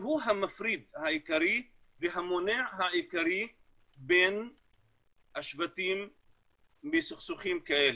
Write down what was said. שהוא המפריד העיקרי והמונע העיקרי בין השבטים בסכסוכים כאלה.